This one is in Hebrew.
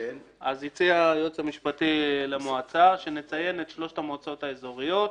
אז הציע היועץ המשפטי למועצה שנציין את שלושת המועצות האזוריות,